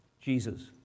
jesus